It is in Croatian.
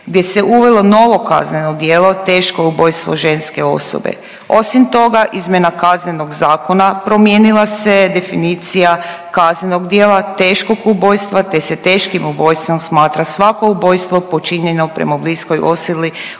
gdje se uvelo novo kazneno djelo teško ubojstvo ženske osobe. Osim toga izmjena Kaznenog zakona promijenila se definicija kaznenog djela teškog ubojstva te se teškim ubojstvom smatra svako ubojstvo počinjeno prema bliskoj osili,